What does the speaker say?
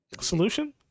Solution